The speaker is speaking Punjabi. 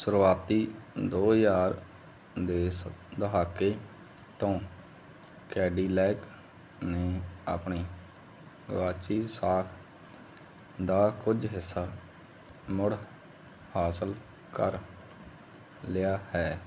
ਸ਼ੁਰੂਆਤੀ ਦੋ ਹਜ਼ਾਰ ਦੇ ਇਸ ਦਹਾਕੇ ਤੋਂ ਕੈਡਿਲੈਕ ਨੇ ਆਪਣੀ ਗੁਆਚੀ ਸਾਖ ਦਾ ਕੁੱਝ ਹਿੱਸਾ ਮੁੜ ਹਾਸਲ ਕਰ ਲਿਆ ਹੈ